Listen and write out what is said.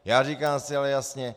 Já říkám zcela jasně.